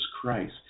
Christ